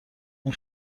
این